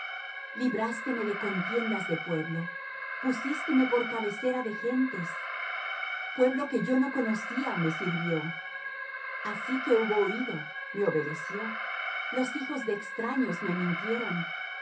calles librásteme de contiendas de pueblo pusísteme por cabecera de gentes pueblo que yo no conocía me sirvió así que hubo oído me obedeció los hijos de extraños me mintieron